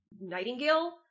Nightingale